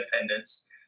independence